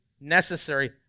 necessary